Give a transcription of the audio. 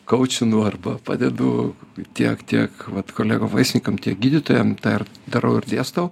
kaučinu arba padedu tiek tiek vat kolegom vaistininkam tiek gydytojam tą ir darau ir dėstau